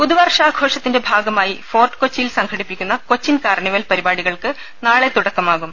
പു തു വർഷാ ഘോഷത്തിന്റെ ഭാഗമായി ഫോർട്ട് കൊച്ചിയിൽ സംഘടിപ്പിക്കുന്ന കൊച്ചിൻ കാർണിവൽ പരിപാടികൾക്ക് നാളെ തുടക്കമാകും